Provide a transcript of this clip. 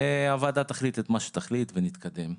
והוועדה תחליט את מה שתחליט ונתקדם.